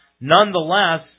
Nonetheless